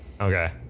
Okay